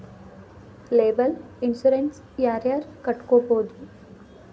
liable insurance ಯಾರ್ ಯಾರ್ ಕಟ್ಬೊದು